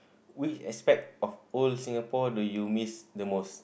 which aspect of old Singapore do you miss the most